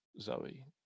zoe